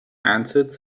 answered